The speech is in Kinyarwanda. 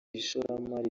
ishoramari